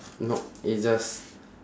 no it's just